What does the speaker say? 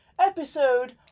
episode